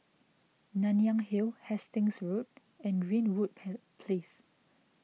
Nanyang Hill Hastings Road and Greenwood pen Place